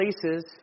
places